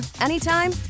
anytime